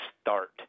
start